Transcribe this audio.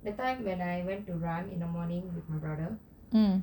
that time when I went to run in the morning with my brother